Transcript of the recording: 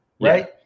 Right